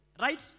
right